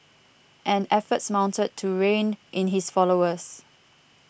and efforts mounted to rein in his followers